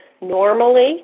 normally